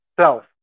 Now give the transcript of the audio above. self